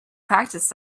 practice